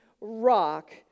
rock